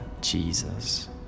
Jesus